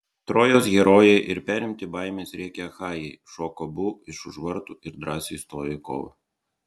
trojos herojai ir perimti baimės rėkia achajai šoko abu iš už vartų ir drąsiai stojo į kovą